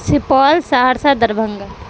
Supaul Saharsa Darbhanga